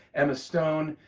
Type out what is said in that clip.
emma stone.